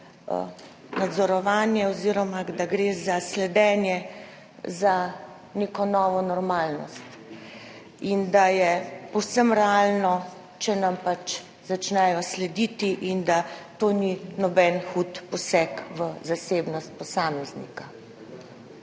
nadzorovanje oziroma da gre pri sledenju za neko novo normalnost in da je povsem realno, če nam pač začnejo slediti in da to ni noben hud poseg v zasebnost posameznika.